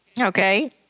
Okay